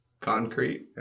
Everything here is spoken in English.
concrete